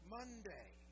Monday